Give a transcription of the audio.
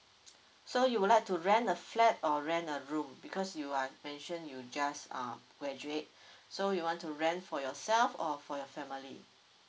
so you would like to rent a flat or rent a room because you have mentioned you just uh graduate so you want to rent for yourself or for your family